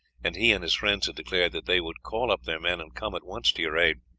and he and his friends had declared that they would call up their men and come at once to your aid,